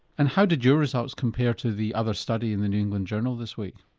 and how did your results compare to the other study in the new england journal this week?